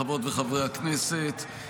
חברות וחברי הכנסת,